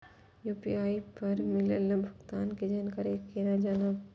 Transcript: UPI पर मिलल भुगतान के जानकारी केना जानब?